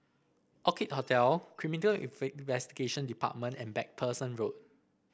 Orchid Hotel Criminal Investigation Department and MacPherson Road